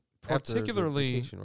particularly